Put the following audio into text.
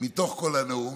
מתוך כל הנאום,